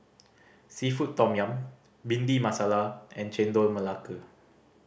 seafood tom yum Bhindi Masala and Chendol Melaka